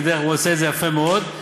והוא עושה את זה יפה מאוד,